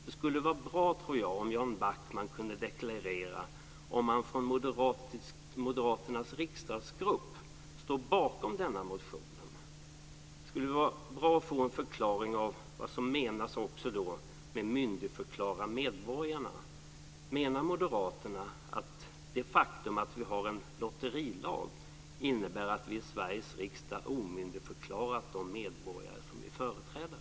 Jag tror att det kunde vara bra om Jan Backman kunde deklarera om man från moderaternas riksdagsgrupp står bakom denna motion. Det skulle vara bra att då också få en förklaring av vad som menas med att myndigförklara medborgarna. Menar moderaterna att det faktum att vi har en lotterilag innebär att vi i Sveriges riksdag omyndigförklarat de medborgare som vi företräder?